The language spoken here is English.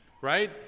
right